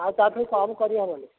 ଆଉ ତା'ଠୁ କମ୍ କରିହେବନି